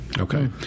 Okay